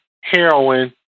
heroin